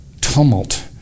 tumult